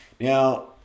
Now